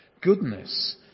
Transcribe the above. Goodness